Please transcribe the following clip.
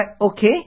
Okay